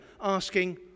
asking